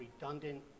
redundant